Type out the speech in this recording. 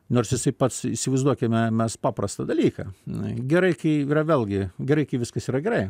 nors jisai pats įsivaizduokime mes paprastą dalyką gerai kai yra vėlgi gerai kai viskas yra gerai